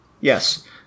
Yes